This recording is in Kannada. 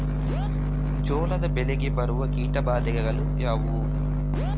ಜೋಳದ ಬೆಳೆಗೆ ಬರುವ ಕೀಟಬಾಧೆಗಳು ಯಾವುವು?